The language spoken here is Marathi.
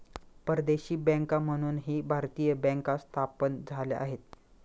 परदेशी बँका म्हणूनही भारतीय बँका स्थापन झाल्या आहेत